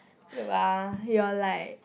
look ah you're like